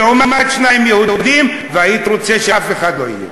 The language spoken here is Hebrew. לעומת שני יהודים, והייתי רוצה שאף אחד לא יהיה.